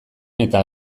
eta